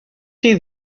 see